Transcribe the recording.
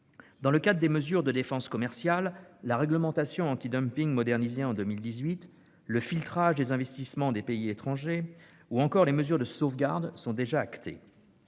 Dans le cadre des mesures de défense commerciale, la réglementation antidumping modernisée en 2018, le filtrage des investissements de pays étrangers ou encore les mesures de sauvegarde, sont déjà actés.